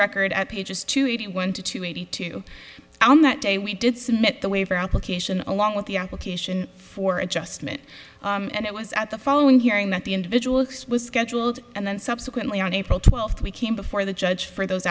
record at pages two eighty one to two eighty two on that day we did submit the waiver application along with the application for adjustment and it was at the following hearing that the individual swiss scheduled and then subsequently on april twelfth we came before the judge for those